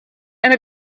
and